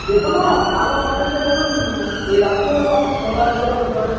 যেকোনও ভালো কলেজে ধরুন এই রাজ্যে বা অন্য রাজ্যেরও হতে পারে